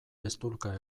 eztulka